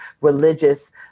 religious